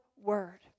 word